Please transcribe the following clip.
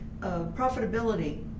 profitability